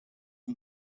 een